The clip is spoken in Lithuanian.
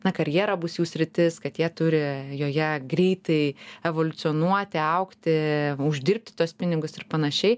na karjera bus jų sritis kad jie turi joje greitai evoliucionuoti augti uždirbti tuos pinigus ir panašiai